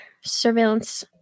surveillance